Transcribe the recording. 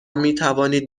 میتوانید